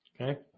okay